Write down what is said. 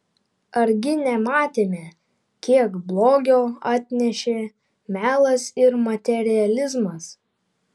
argi nematėme kiek blogio atnešė melas ir materializmas